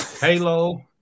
Halo